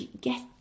get